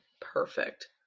Perfect